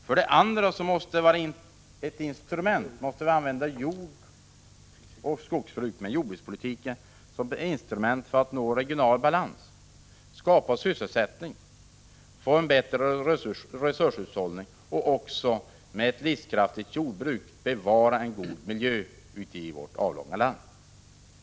För det andra: Jordbrukspolitiken måste vara ett instrument för att man skall nå regional balans när det gäller jordoch skogsbruk så att man skapar sysselsättning, får en bättre resurshushållning och med ett livskraftigt jordbruk bevarar en god miljö i vårt avlånga land.